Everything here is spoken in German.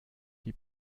die